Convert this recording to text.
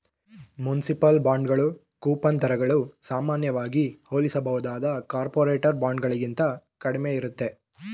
municipal ಬಾಂಡ್ಗಳು coupon ದರಗಳು ಸಾಮಾನ್ಯವಾಗಿ ಹೋಲಿಸಬಹುದಾದ ಕಾರ್ಪೊರೇಟರ್ ಬಾಂಡ್ಗಳಿಗಿಂತ ಕಡಿಮೆ ಇರುತ್ತೆ